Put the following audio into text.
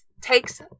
takes